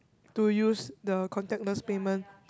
to use the contactless payment